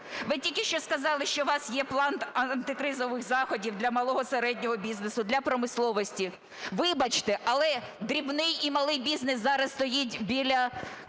Ви тільки що сказали, що у вас є план антикризових заходів для малого і середнього бізнесу, для промисловості. Вибачте, але дрібний і малий бізнес зараз стоїть біля